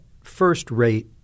first-rate